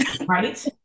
Right